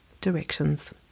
Directions